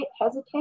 hesitate